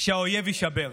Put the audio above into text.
שהאויב יישבר.